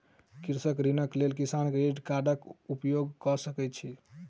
कृषक ऋणक लेल किसान क्रेडिट कार्डक उपयोग कय सकैत छैथ